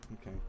Okay